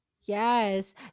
yes